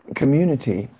community